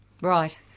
Right